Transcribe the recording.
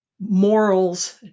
morals